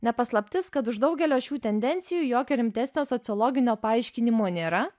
ne paslaptis kad už daugelio šių tendencijų jokio rimtesnio sociologinio paaiškinimo nėra